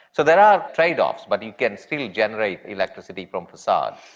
so there are trade-offs, but you can still generate electricity from facades.